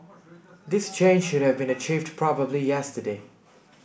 this change should have been achieved probably yesterday